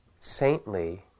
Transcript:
saintly